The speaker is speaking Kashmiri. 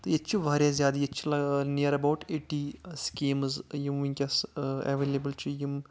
تہٕ ییٚتہِ چھِ واریاہ زیادٕ ییٚتہِ چھِ نِیَر ایٚبَوٹ ایٹی سِکیٖمز یِٕم ؤنٛکیٚس ایٚویلیبل چھِ یِم